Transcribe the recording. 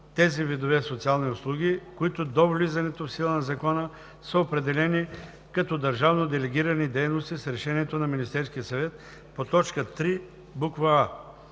тези видове социални услуги, които до влизането в сила на Закона са определени като държавно делегирани дейности с решението на Министерския съвет по т. 3, буква